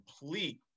complete